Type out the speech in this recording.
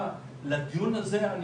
הוא